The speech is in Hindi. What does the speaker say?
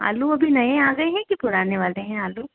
आलू अभी नये आ गए हैं कि पुराने वाले हैं आलू